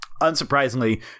unsurprisingly